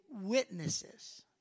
witnesses